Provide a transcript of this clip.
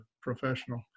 professional